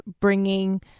bringing